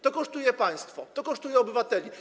To kosztuje państwo, to kosztuje obywateli.